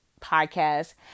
podcast